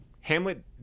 Hamlet